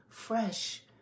fresh